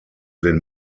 den